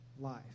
life